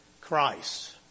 Christ